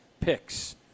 picks